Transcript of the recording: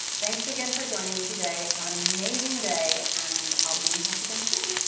thanks again for joining me today. have an amazing day, and i'll be in touch again soon.